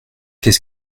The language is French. qu’est